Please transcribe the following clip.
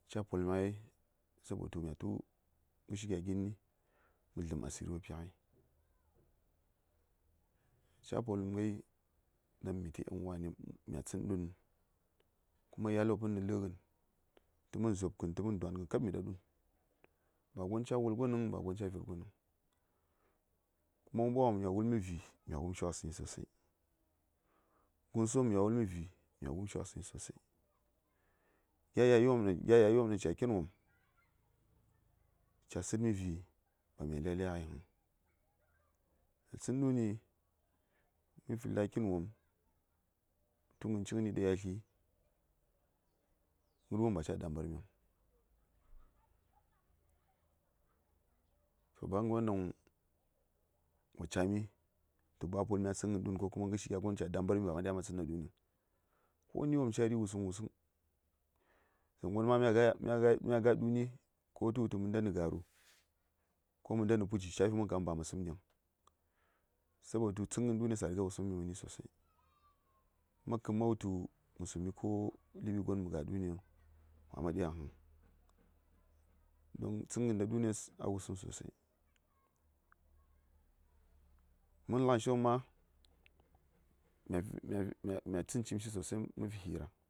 ca poləm ngai sabotu myatu ngərshi gyagin mə dləm asiri wopi ngai ca poləm ghai daŋ mitə yanuwane mya tsən ɗu:n kuma yatl wopən nə ləghən təmən dzobkən təmən dwanghən kab mi ɗa dun ba gon ca wul gonən ba gon ca ver gonəŋ kuma mən ɓwaghən wopm ca wulmi vi: ya wumshi wasəŋyi sosai guŋsu wum ca wulmi vi mi wum shi wasəŋyi sosai gya yayu wum ɗaŋ ca ken wopm ca sə:d mi vi ba mya lya lya ghaiŋ mya tsə duni mə fi la kitn wopm mə tu ghənghə cighəni ɗa yatli ghərwon ba ca dambarmi huŋ toh ba ghəryo ɗaŋ wo ca mi tu ba gon ɗan wo tsənghən dun ko kuma ghərshi gya gon ca dambarmi to ba ma dya ma tsən ɗa duan mya tsənghən wusuŋ wusuŋ dzaŋgon ma mya ga duni ko tə wutu mə ndani garu ko mə ndani puji ca fim kaman ba ma sum ɗiŋ sabotu tsən ghən dunes a riga saɓami məni sosai ma kəm ma wutu mə suymi ko ləɓi gon mə ga ɗuniyiŋ ba ma dya huŋ don tsənghən ɗa dunes a wusuŋ sosai mən lyaŋshi wopm ma mya tsən cimshi sosai mə fi hira